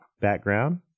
background